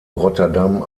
rotterdam